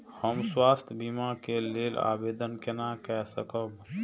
हम स्वास्थ्य बीमा के लेल आवेदन केना कै सकब?